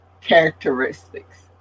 characteristics